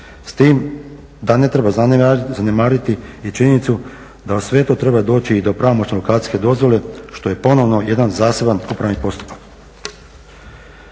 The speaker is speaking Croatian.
s tim da ne treba zanemariti i činjenicu da sve to treba doći i do pravomoćne lokacijske dozvole što je ponovo jedan zaseban upravni postupak.